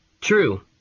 True